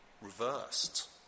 reversed